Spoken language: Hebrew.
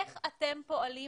איך אתם פועלים